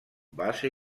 base